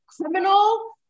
criminal